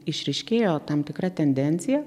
išryškėjo tam tikra tendencija